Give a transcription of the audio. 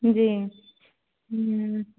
जी